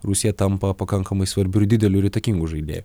rusija tampa pakankamai svarbiu ir dideliu įtakingu žaidėju